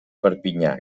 perpinyà